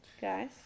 guys